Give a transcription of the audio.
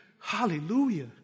Hallelujah